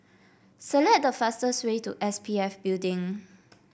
select the fastest way to S P F Building